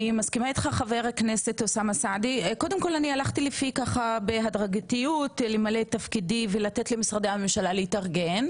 אני לא הייתי אומרת שכל עובד פלסטיני בבניין הוא כן קנה את ההיתר שלו,